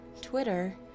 Twitter